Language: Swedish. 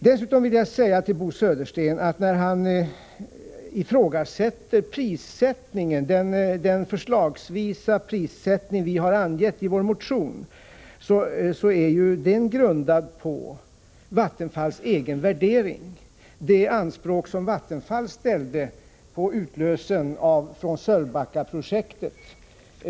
Dessutom vill jag säga till Bo Södersten, när han ifrågasätter det förslag till prissättning som vi har angett i vår motion, att prissättningen är grundad på Vattenfalls egen värdering. Utgångspunkten är anspråk som Vattenfall ställde på utlösen från Sölvbackaprojektet.